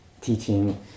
teaching